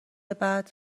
بعد